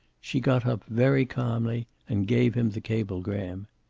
she got up very calmly and gave him the cablegram.